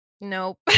nope